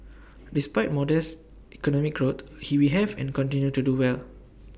despite modest economic growth he we have and continue to do well